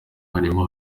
harimo